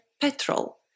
petrol